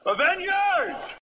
Avengers